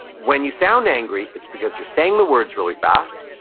when you sound angry, it's because you're saying the words really fast.